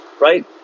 right